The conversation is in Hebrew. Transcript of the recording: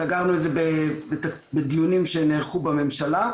סגרנו את זה בדיונים שנערכו בממשלה,